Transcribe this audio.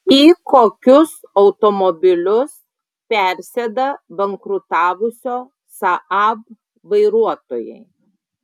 į kokius automobilius persėda bankrutavusio saab vairuotojai